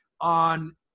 on